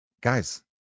Guys